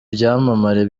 byamamare